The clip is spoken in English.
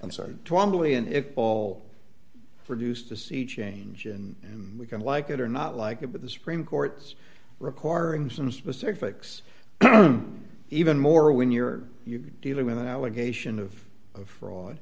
all produced a sea change and we can like it or not like it but the supreme court's requiring some specifics even more when you're dealing with an allegation of fraud